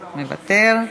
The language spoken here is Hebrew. מוותר.